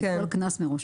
את כל הקנס מראש.